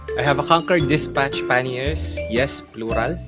i have a conquer dispatch panniers yes, plural,